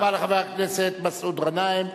תודה רבה לחבר הכנסת מסעוד גנאים.